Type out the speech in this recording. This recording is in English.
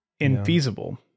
infeasible